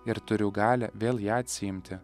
ir turiu galią vėl ją atsiimti